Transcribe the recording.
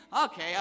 Okay